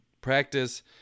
practice